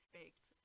baked